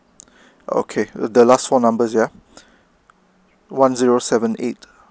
okay the last four numbers yeah one zero seven eight